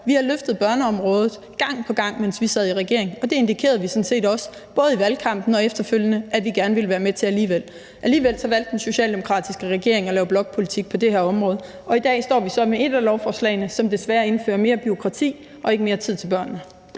Vi har løftet børneområdet gang på gang, mens vi sad i regering, og det indikerede vi sådan set også både i valgkampen og efterfølgende at vi gerne ville være med til alligevel. Alligevel valgte den socialdemokratiske regering at lave blokpolitik på det her område, og i dag står vi så med et af lovforslagene, som desværre indfører mere bureaukrati og ikke mere tid til børnene.